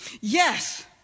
yes